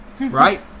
Right